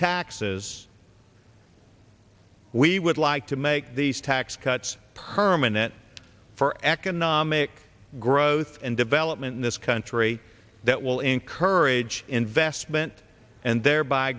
taxes we would like to make these tax cuts permanent for economic growth and development in this country that will encourage investment and thereby